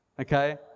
okay